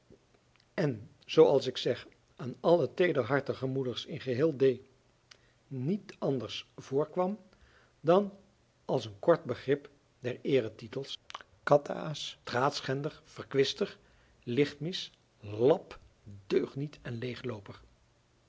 en zoo als ik zeg aan alle teederhartige moeders in geheel d niet anders voorkwam dan als een kort begrip der eeretitels katäas straatschender verkwister lichtmis lap deugniet en leeglooper